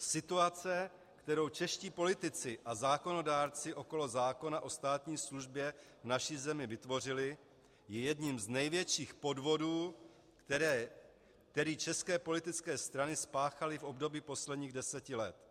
Situace, kterou čeští politici a zákonodárci okolo zákona o státní službě v naší zemi vytvořili, je jedním z největších podvodů, který české politické strany spáchaly v období posledních deseti let.